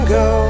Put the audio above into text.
go